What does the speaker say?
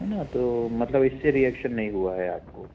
है ना तो मतलब इससे रिएक्शन नहीं हुआ है आपको